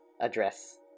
address